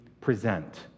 present